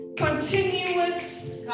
continuous